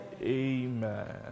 Amen